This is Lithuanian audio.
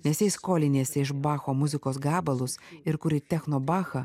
nes jei skoliniesi iš bacho muzikos gabalus ir kuri techno bachą